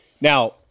Now